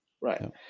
Right